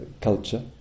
culture